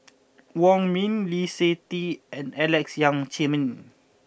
Wong Ming Lee Seng Tee and Alex Yam Ziming